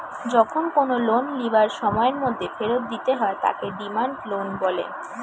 যখন কোনো লোন লিবার সময়ের মধ্যে ফেরত দিতে হয় তাকে ডিমান্ড লোন বলে